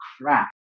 crap